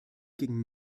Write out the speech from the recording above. gegen